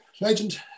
legend